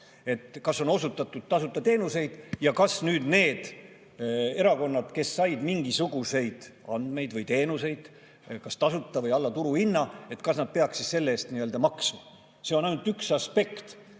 kas on osutatud tasuta teenuseid ja kas nüüd need erakonnad, kes said mingisuguseid andmeid või teenuseid kas tasuta või alla turuhinna, peaksid selle eest maksma? See on kogu probleemide